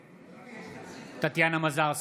נגד טטיאנה מזרסקי,